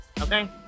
Okay